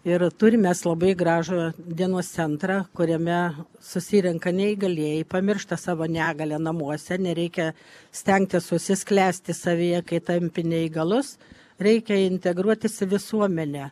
ir turim mes labai gražų dienos centrą kuriame susirenka neįgalieji pamiršta savo negalią namuose nereikia stengtis užsisklęsti savyje kai tampi neįgalus reikia integruotis į visuomenę